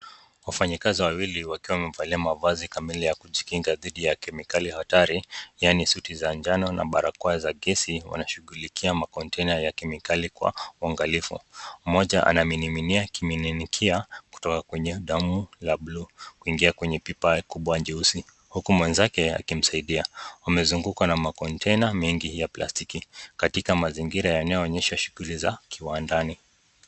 Wafanyikazi wawili wakiwa wamevalia mavazi kamili ya kujikinga dhidi ya kemikali hatari, yaani suti za njano na barakoa za gesi, wanashughulikia macontainer ya kemikali kwa uangalifu. Mmoja anamiminia akimininikia kutoka kwenye dramu la bluu kuingia kwenye pipa kubwa jeusi, huku mwenzake akimsaidia. Wamezungukwa na macontainer mengi ya plastiki katika mazingira yanayoonyesha shughuli za kiwandani.